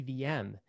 EVM